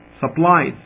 supplies